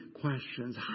questions